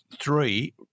three